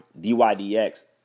DYDX